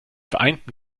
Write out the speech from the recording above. vereinten